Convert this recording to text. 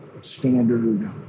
standard